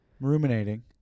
Ruminating